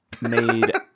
made